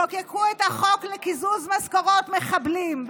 חוקקו את החוק לקיזוז משכורות מחבלים,